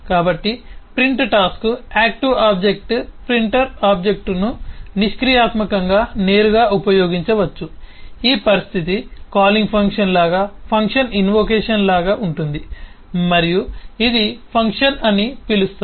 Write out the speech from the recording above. కాబట్టి print task active object printer ఆబ్జెక్ట్ను నిష్క్రియాత్మకంగా నేరుగా ఉపయోగించవచ్చు ఈ పరిస్థితి కాలింగ్ ఫంక్షన్ లాగా ఫంక్షన్ ఇన్వొకేషన్ లాగా ఉంటుంది మరియు ఇది ఫంక్షన్ అని పిలుస్తారు